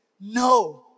No